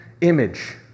image